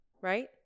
right